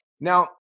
Now